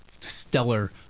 stellar